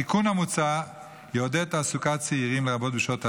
התיקון המוצע יעודד תעסוקת צעירים בשעות הלילה,